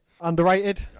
Underrated